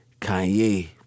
Kanye